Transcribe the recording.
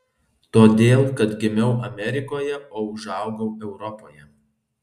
todėl kad gimiau amerikoje o užaugau europoje